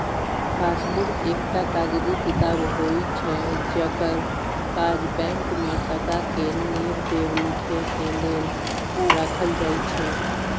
passbook एकटा कागजी किताब होइत छै जकर काज बैंक में टका के लेब देब लिखे के लेल राखल जाइत छै